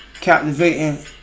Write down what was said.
captivating